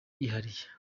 yihariye